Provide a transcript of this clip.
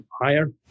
higher